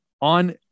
on